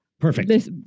Perfect